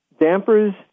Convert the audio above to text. dampers